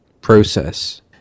process